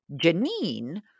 Janine